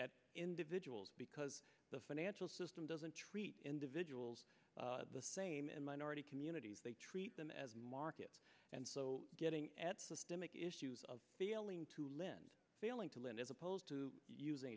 at individuals because the financial system doesn't treat individuals the same in minority communities they treat them as market and so getting to make issues of failing to live and failing to live as opposed to using